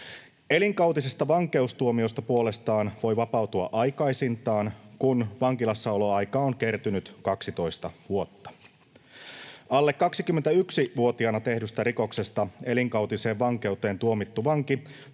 Elinkautisesta vankeustuomiosta puolestaan voi vapautua aikaisintaan, kun vankilassaoloaikaa on kertynyt 12 vuotta. Alle 21-vuotiaana tehdystä rikoksesta elinkautiseen vankeuteen tuomittu vanki